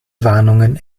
warnungen